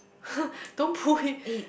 don't pull it